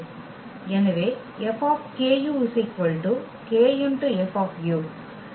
எனவே F k F